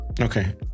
Okay